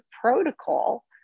protocol